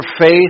faith